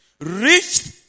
reached